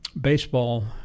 baseball